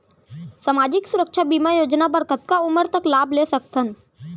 सामाजिक सुरक्षा बीमा योजना बर कतका उमर तक लाभ ले सकथन?